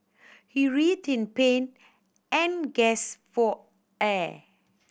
he writhed in pain and gasp for air